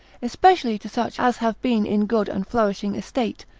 especially to such as have been in good and flourishing estate,